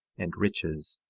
and riches,